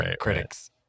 critics